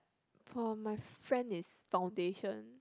for my friend is foundation